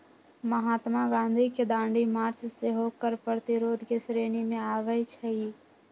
महात्मा गांधी के दांडी मार्च सेहो कर प्रतिरोध के श्रेणी में आबै छइ